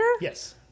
Yes